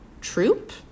Troop